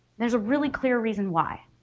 there's a really clear reason why.